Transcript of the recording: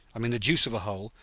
i'm in the deuce of a hole,